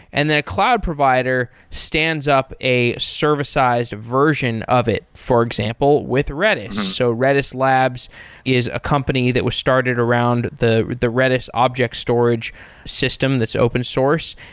and then a cloud provider stands up a servicized version of it, for example, with redis. so redis labs is a company that was started around the the redis object storage system that's open source,